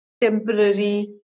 temporary